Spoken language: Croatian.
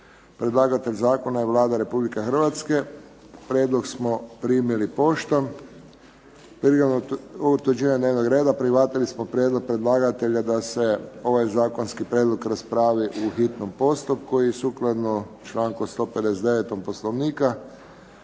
Predlagatelj zakona je Vlada Republike Hrvatske. Prijedlog smo primili poštom. Prigodom utvrđivanja dnevnog reda prihvatili smo prijedlog predlagatelja da se ovaj zakonski prijedlog raspravi u hitnom postupku. I sukladno članku 159. Poslovnika